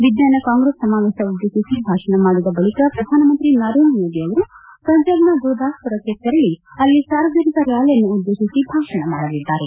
ವಿಜ್ಞಾನ ಕಾಂಗ್ರೆಸ್ ಸಮಾವೇಶ ಉದ್ದೇಶಿಸಿ ಭಾಷಣ ಮಾಡಿದ ಬಳಿಕ ಪ್ರಧಾನಮಂತ್ರಿ ನರೇಂದ್ರ ಮೋದಿಯವರು ಪಂಜಾಬ್ನ ಗುರುದಾಸ್ಪುರಕ್ಕೆ ತೆರಳಿ ಅಲ್ಲಿ ಸಾರ್ವಜನಿಕ ರ್ಯಾಲಿಯನ್ನು ಉದ್ದೇಶಿಸಿ ಭಾಷಣ ಮಾಡಲಿದ್ದಾರೆ